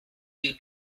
you